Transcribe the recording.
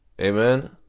amen